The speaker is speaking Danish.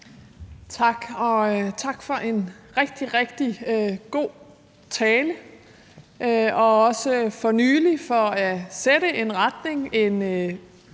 tak for en rigtig, rigtig god tale og også for for nylig at sætte en retning,